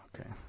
Okay